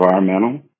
environmental